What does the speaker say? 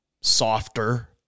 softer